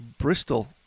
Bristol